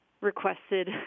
requested